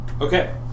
Okay